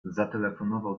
zatelefonował